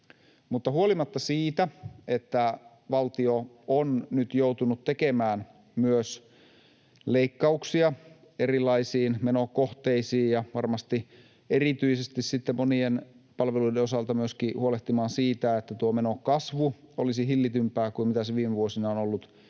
huolimatta siitä, että valtio on nyt joutunut tekemään myös leikkauksia erilaisiin menokohteisiin ja varmasti erityisesti sitten monien palveluiden osalta myöskin huolehtimaan siitä, että tuo menokasvu olisi hillitympää kuin mitä se viime vuosina on ollut,